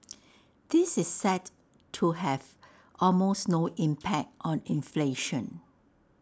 this is set to have almost no impact on inflation